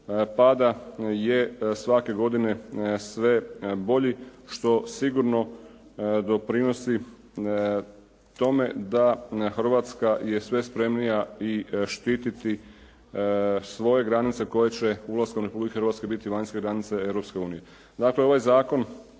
pada je svake godine sve bolji što sigurno doprinosi tome da Hrvatska je sve spremnija i štititi svoje granice koje će ulaskom Republike Hrvatske biti vanjske granice Europske unije. Dakle, ovaj zakon,